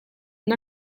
una